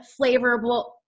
flavorable